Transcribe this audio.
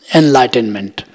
enlightenment